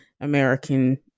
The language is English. American